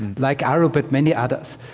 like arup but many others,